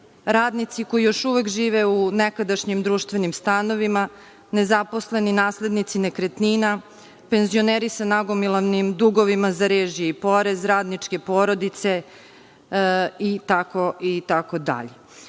radnici koji još uvek žive u nekadašnjim društvenim stanovima, nezaposleni naslednici nekretnina, penzioneri sa nagomilanim dugovima za režije i porez, radničke porodice, itd. Srpska